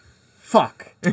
Fuck